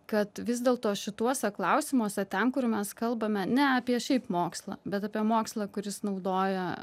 kad vis dėl to šituose klausimuose ten kur mes kalbame ne apie šiaip mokslą bet apie mokslą kuris naudoja